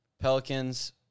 Pelicans